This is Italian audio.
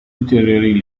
ulteriori